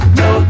no